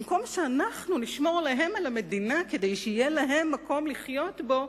במקום שאנחנו נשמור להם על המדינה כדי שיהיה להם מקום לחיות בו,